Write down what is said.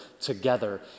together